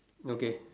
okay